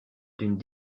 d’une